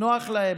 נוח להם,